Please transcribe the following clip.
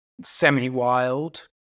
semi-wild